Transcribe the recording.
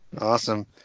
Awesome